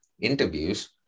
interviews